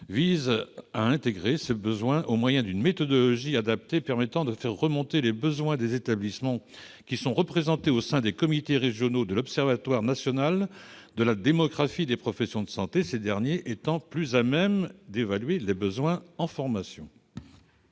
donc à intégrer ces besoins au moyen d'une méthodologie adaptée permettant de faire remonter les besoins des établissements qui sont représentés au sein des comités régionaux de l'Observatoire national de la démographie des professions de santé, ces derniers étant plus à même d'évaluer les besoins en formation.